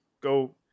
go